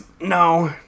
No